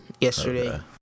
yesterday